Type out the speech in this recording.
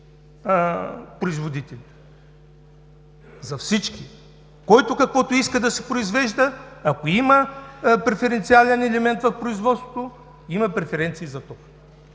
производители, за всички – който каквото иска да си произвежда, ако има преференциален елемент в производството, има преференции за тока.